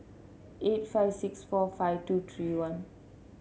eight five six four five two three one